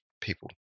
people